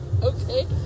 Okay